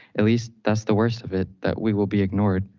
at least that's the worst of it, that we will be ignored.